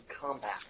combat